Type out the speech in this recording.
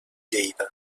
lleida